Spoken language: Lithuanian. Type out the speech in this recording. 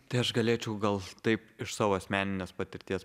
tai aš galėčiau gal taip iš savo asmeninės patirties